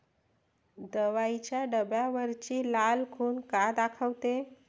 दवाईच्या डब्यावरची लाल खून का दाखवते?